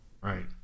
right